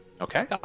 Okay